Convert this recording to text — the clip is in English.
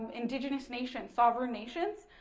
and indigenous nations, sovereign nations,